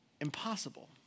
impossible